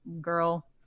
girl